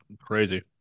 crazy